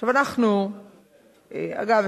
אגב,